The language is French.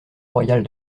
royale